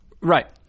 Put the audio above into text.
Right